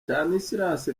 stanislas